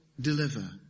deliver